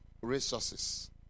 resources